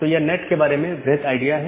तो यह नैट के बारे में वृहत आईडिया है